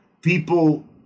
people